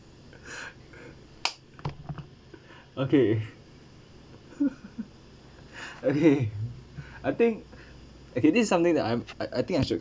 okay okay I think okay this is something that I'm I I think I should